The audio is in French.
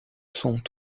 sont